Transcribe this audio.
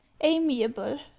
amiable